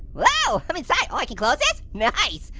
whoa, i'm inside, oh, i can close this? nice,